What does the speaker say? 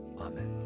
Amen